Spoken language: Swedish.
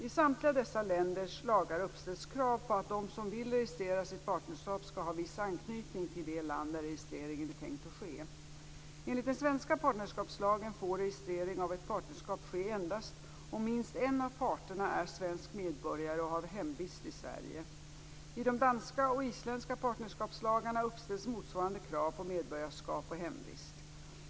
I samtliga dessa länders lagar uppställs krav på att de som vill registrera sitt partnerskap skall ha viss anknytning till det land där registreringen är tänkt att ske. Sverige. I de danska och isländska partnerskapslagarna uppställs motsvarande krav på medborgarskap och hemvist.